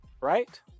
right